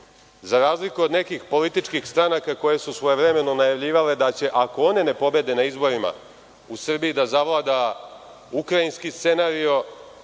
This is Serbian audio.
razliku od nekih političkih stranaka koje su svojevremeno najavljivale da će, ako one ne pobede na izborima, u Srbiji da zavlada ukrajinski scenario,